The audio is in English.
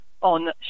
on